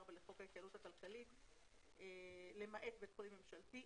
לחוק ההתייעלות הכלכלית למעט בית חולים ממשלתי,